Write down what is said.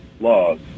laws